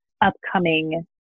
upcoming